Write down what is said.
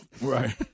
Right